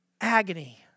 agony